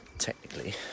Technically